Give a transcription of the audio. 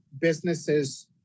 businesses